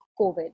COVID